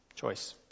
Choice